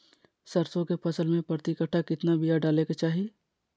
सरसों के फसल में प्रति कट्ठा कितना बिया डाले के चाही?